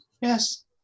Yes